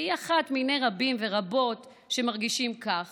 והיא אחת מני רבים ורבות שמרגישים כך